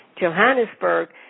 Johannesburg